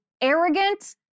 arrogant